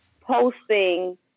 posting